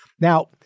Now